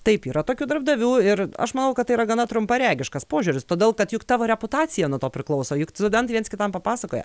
taip yra tokių darbdavių ir aš manau kad tai yra gana trumparegiškas požiūris todėl kad juk tavo reputacija nuo to priklauso juk studentai viens kitam papasakoja